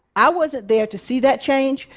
i wasn't there to see that change,